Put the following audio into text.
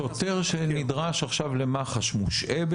שוטר שנדרש עכשיו למח"ש מושעה?